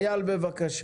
אייל חדד, בבקשה.